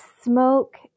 smoke